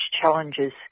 challenges